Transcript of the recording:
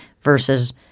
versus –